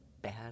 bad